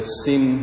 sin